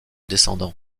descendants